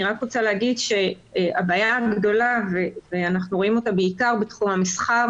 אני רק רוצה להגיד שהבעיה הגדולה ואנחנו רואים אותה בעיקר בתחום המסחר,